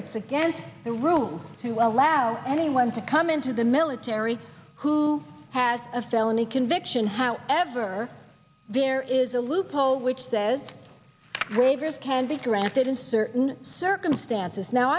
it's against the room to allow anyone to come into the military who has a felony conviction however there is a loophole which says ravers can be corrected in certain circumstances now